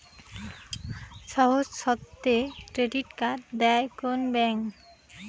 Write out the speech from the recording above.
সহজ শর্তে credit card দেয় কোন ব্যাংক?